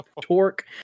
torque